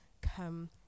come